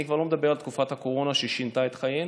אני כבר לא מדבר על תקופת הקורונה ששינתה את חיינו.